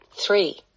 three